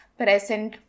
present